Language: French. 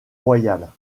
royale